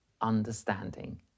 understanding